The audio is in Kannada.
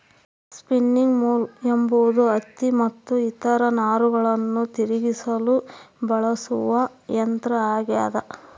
ಸ್ಪಿನ್ನಿಂಗ್ ಮ್ಯೂಲ್ ಎಂಬುದು ಹತ್ತಿ ಮತ್ತು ಇತರ ನಾರುಗಳನ್ನು ತಿರುಗಿಸಲು ಬಳಸುವ ಯಂತ್ರ ಆಗ್ಯದ